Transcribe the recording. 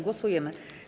Głosujemy.